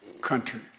country